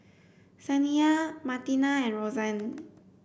Saniya Martina and Rosanne